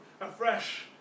afresh